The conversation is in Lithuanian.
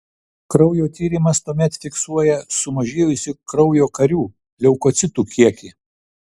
kraujo tyrimas tuomet fiksuoja sumažėjusį kraujo karių leukocitų kiekį